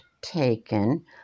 taken